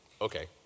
okay